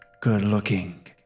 good-looking